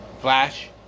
Flash